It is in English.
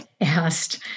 asked